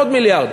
עוד מיליארד.